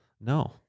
No